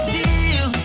deal